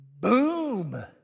Boom